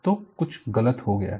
तो कुछ गलत हो गया है